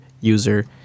user